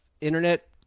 internet